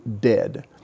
dead